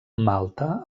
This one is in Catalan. malta